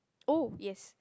oh yes